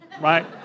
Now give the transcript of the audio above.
right